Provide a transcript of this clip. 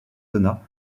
donna